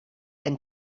and